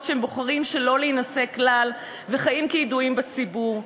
שבוחרים שלא להינשא כלל וחיים כידועים בציבור.